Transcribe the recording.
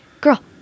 Girl